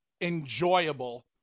enjoyable